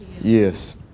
Yes